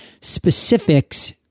Specifics